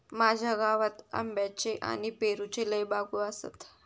माझ्या गावात आंब्याच्ये आणि पेरूच्ये लय बागो आसत